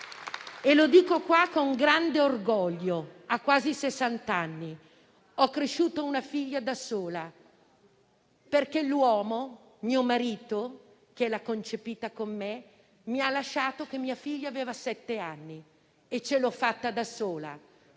e lo dico qui con grande orgoglio, a quasi sessant'anni: ho cresciuto una figlia da sola, perché l'uomo - mio marito - che l'ha concepita con me mi ha lasciata che mia figlia aveva sette anni e ce l'ho fatta da sola,